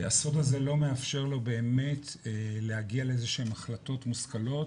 הסוד הזה לא מאפשר לו באמת להגיע לאיזה שהם החלטות מושכלות,